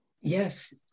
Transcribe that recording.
Yes